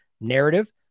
narrative